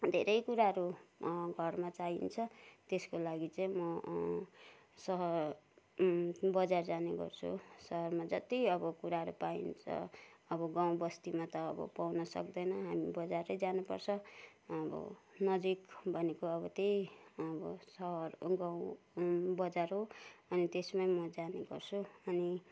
धेरै कुराहरू घरमा चाहिन्छ त्यसको लागि चाहिँ म सहर बजार जाने गर्छु सहरमा जति अब कुराहरू पाइन्छ अब गाउँबस्तीमा त अब पाउन सक्दैन अनि बजारै जानुपर्छ अब नजिक भनेको अब त्यही अब सहर गाउँ बजार हो अनि त्यसमै म जाने गर्छु अनि